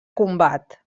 combat